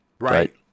Right